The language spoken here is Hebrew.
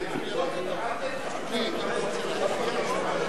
אל תתחיל כשאתה באופוזיציה,